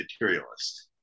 materialist